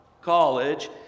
college